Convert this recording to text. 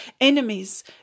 enemies